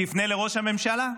שיפנה לראש הממשלה,